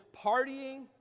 partying